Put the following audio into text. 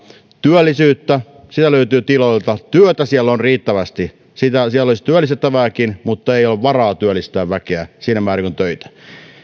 työllisyyttä löytyy tiloilta työtä siellä on riittävästi siellä olisi työllistettävääkin mutta ei ole varaa työllistää väkeä siinä määrin kuin töitä on